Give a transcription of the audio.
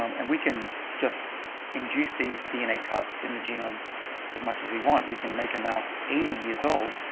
um and we can just induce these dna cuts in the genome as much as we want. we can make a mouse eighty years old.